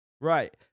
right